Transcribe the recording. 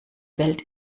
welt